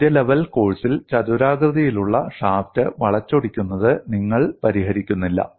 ആദ്യ ലെവൽ കോഴ്സിൽ ചതുരാകൃതിയിലുള്ള ഷാഫ്റ്റ് വളച്ചൊടിക്കുന്നത് നിങ്ങൾ പരിഹരിക്കുന്നില്ല